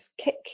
kick